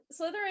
Slytherin